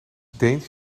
deens